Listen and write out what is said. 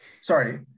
Sorry